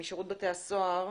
מי משירות בתי הסוהר?